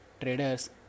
traders